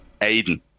Aiden